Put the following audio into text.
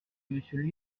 monsieur